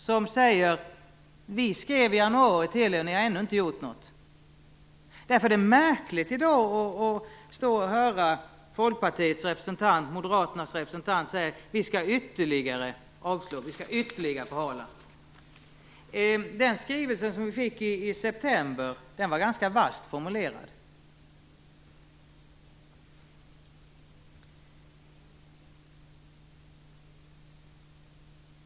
Där skriver man: Vi skrev till er i januari, och ni har ännu inte gjort något. Därför är det märkligt att i dag höra Folkpartiets och Moderaternas representanter säga att vi skall avslå och förhala detta ytterligare. Den skrivelse som vi fick i september var ganska vasst formulerad.